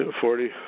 Forty